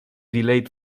delayed